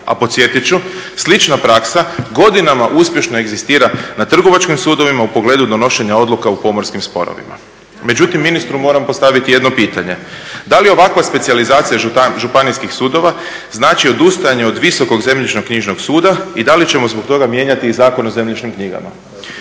podsjetit ću slična praksa godinama uspješno egzistira na Trgovačkim sudovima u pogledu donošenja odluka u pomorskim sporovima. Međutim, ministru moram postaviti jedno pitanje. Da li ovakva specijalizacija Županijskih sudova znači odustajanje od visokog zemljišno-knjižnog suda i da li ćemo zbog toga mijenjati i Zakon o zemljišnim knjigama?